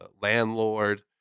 landlord